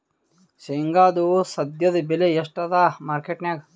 ಶೇಂಗಾದು ಸದ್ಯದಬೆಲೆ ಎಷ್ಟಾದಾ ಮಾರಕೆಟನ್ಯಾಗ?